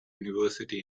university